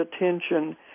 attention